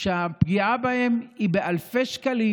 שהפגיעה בהן היא באלפי שקלים,